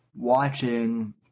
Watching